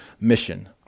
mission